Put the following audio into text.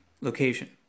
location